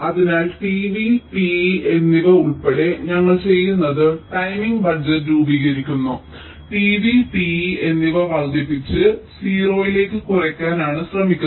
അതിനാൽ t v t e എന്നിവയുൾപ്പെടെ ഞങ്ങൾ ചെയ്യുന്നത് ടൈമിംഗ് ബജറ്റ് രൂപീകരിക്കുന്ന t vt e എന്നിവ വർദ്ധിപ്പിച്ച് 0 ലേക്ക് കുറയ്ക്കാനാണ് ഞങ്ങൾ ശ്രമിക്കുന്നത്